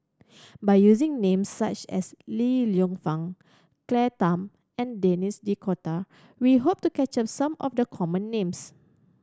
by using names such as Li Lienfung Claire Tham and Denis D'Cotta we hope to capture some of the common names